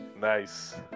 nice